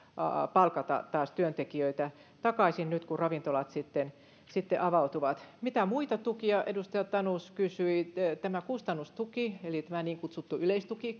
palkata taas työntekijöitä takaisin nyt kun ravintolat sitten sitten avautuvat mitä muita tukia edustaja tanus kysyi tämä kustannustuki eli niin kutsuttu yleistuki